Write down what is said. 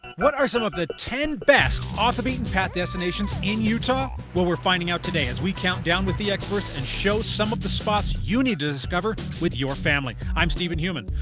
what are some of the ten best off the beaten path destinations in utah? well we're finding out today as we count down with the experts and show some of the spot you need to discover with your family. i'm steven heumann.